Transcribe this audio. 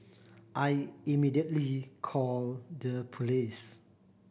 I immediately called the police